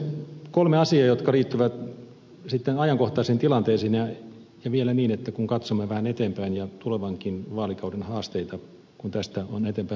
kolme asiaa jotka liittyvät sitten ajankohtaisiin tilanteisiin ja vielä niin kun katsomme vähän eteenpäin ja tulevankin vaalikauden haasteita kun tästä on eteenpäin ponnistettava